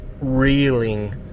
reeling